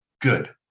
good